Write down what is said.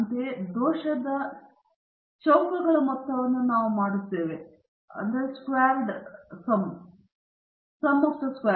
ಅಂತೆಯೇ ದೋಷದ ಚೌಕಗಳ ಮೊತ್ತವನ್ನು ನಾವು ಮಾಡುತ್ತಿದ್ದೇವೆ